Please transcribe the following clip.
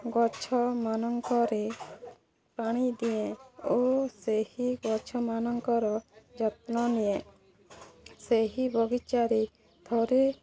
ଗଛମାନଙ୍କରେ ପାଣି ଦିଏ ଓ ସେହି ଗଛମାନଙ୍କର ଯତ୍ନ ନିଏ ସେହି ବଗିଚାରେ ଥରେ